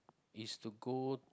is to go